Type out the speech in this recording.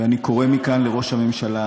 ואני קורא מכאן לראש הממשלה: